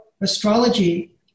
astrology